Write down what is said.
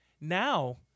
now